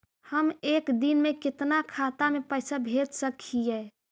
हम एक दिन में कितना खाता में पैसा भेज सक हिय?